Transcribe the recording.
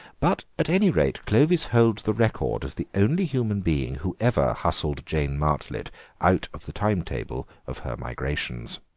but, at any rate, clovis holds the record as the only human being who ever hustled jane martlet out of the time-table of her migrations.